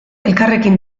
elkarrekin